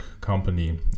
company